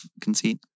conceit